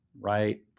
right